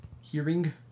hearing